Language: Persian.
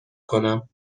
کنم